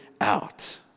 out